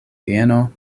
vieno